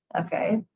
okay